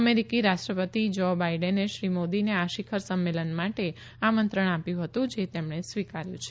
અમેરિકી રાષ્ટ્રપતિ જો બાઈડેને શ્રી મોદીને આ શિખર સંમેલન માટે આમંત્રણ આપ્યું હતું જે તેમણે સ્વીકાર્યું છે